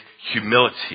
humility